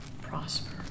prosper